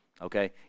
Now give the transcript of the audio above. Okay